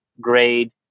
grade